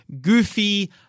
Goofy